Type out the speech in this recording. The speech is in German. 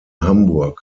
hamburg